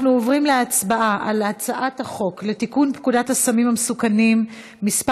אנחנו עוברים להצבעה על הצעת החוק לתיקון פקודת הסמים המסוכנים (מס'